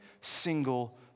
single